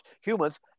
humans